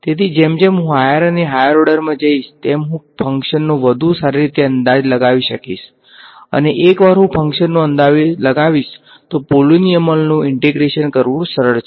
તેથી જેમ જેમ હું હાયર અને હાયર ઓર્ડરમા જઈશ તેમ હું ફંક્શનનો વધુ સારી રીતે અંદાજ લગાવી શકીશ અને એકવાર હું ફંક્શનનો અંદાજ લગાવીશ તો પોલીનોમીયલ નું ઈંટેગ્રેશન કરવું સરળ છે